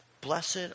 blessed